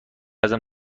ازم